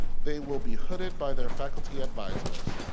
they will be hooded by their faculty advisors.